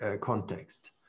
context